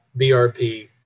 BRP